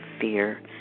fear